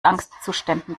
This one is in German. angstzuständen